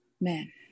men